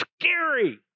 scary